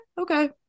okay